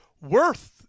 worth